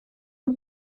nhw